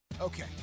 Okay